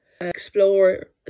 explore